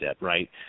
right